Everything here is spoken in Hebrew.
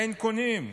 אין קונים.